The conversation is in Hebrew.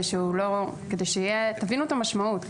כדי שתבינו את המשמעות.